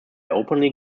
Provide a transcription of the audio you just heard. openly